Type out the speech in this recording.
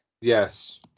Yes